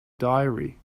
diary